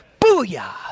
booyah